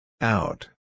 Out